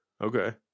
Okay